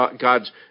God's